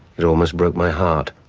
it almost broke my heart.